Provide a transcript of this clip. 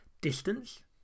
distance